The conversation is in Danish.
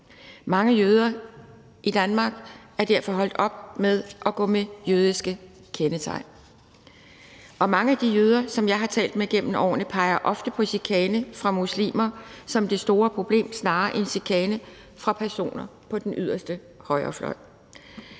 Mange jøder i Danmark er derfor holdt op med at gå med jødiske kendetegn. Og mange af de jøder, som jeg har talt med gennem årene, peger ofte på chikane fra muslimer som det store problem snarere end chikane fra personer på den yderste højrefløj.